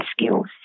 skills